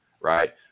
right